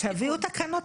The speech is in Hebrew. תביאו תקנות,